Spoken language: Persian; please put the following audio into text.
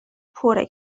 پره